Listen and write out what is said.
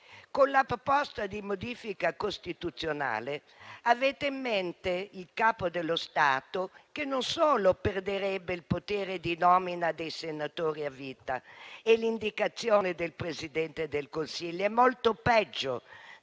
Con la proposta di modifica costituzionale che avete in mente il Capo dello Stato perderebbe non solo il potere di nomina dei senatori a vita e l'indicazione del Presidente del Consiglio. È molto peggio